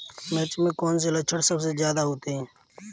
मिर्च में कौन से लक्षण सबसे ज्यादा होते हैं?